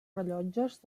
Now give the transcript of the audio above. rellotges